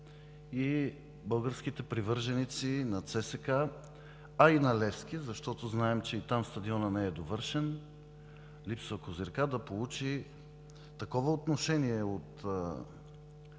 и българските привърженици на ЦСКА, а и на „Левски“, защото знаем, че и там стадионът не е довършен, липсва козирка, да получи такова отношение от